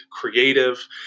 creative